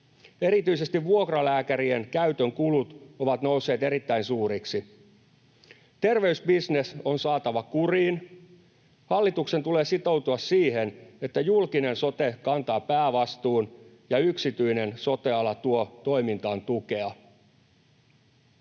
Erityisesti vuokralääkärien käytön kulut ovat nousseet erittäin suuriksi. Terveysbisnes on saatava kuriin. Hallituksen tulee sitoutua siihen, että julkinen sote kantaa päävastuun ja yksityinen sote-ala tuo toimintaan tukea.